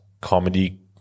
comedy